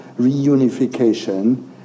reunification